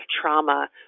trauma